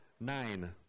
nine